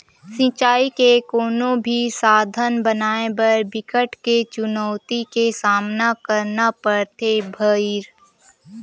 सिचई के कोनो भी साधन बनाए बर बिकट के चुनउती के सामना करना परथे भइर